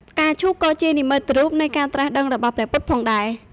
ផ្កាឈូកក៏ជានិមិត្តរូបនៃការត្រាស់ដឹងរបស់ព្រះពុទ្ធផងដែរ។